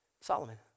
Solomon